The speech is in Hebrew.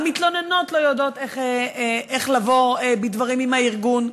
והמתלוננות לא יודעות איך לבוא בדברים עם הארגון.